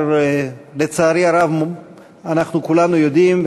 לצערי הרב אנחנו כולנו יודעים,